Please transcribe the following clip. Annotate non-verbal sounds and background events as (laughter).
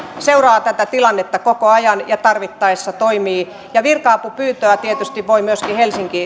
seuraa tätä tilannetta koko ajan ja tarvittaessa toimii ja virka apupyyntöä tietysti voi helsinki (unintelligible)